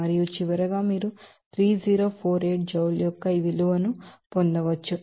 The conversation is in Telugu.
మరియు చివరగా మీరు 3048 జౌల్ యొక్క ఈ విలువను పొందవచ్చు